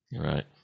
Right